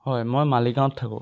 হয় মই মালিগাঁৱত থাকোঁ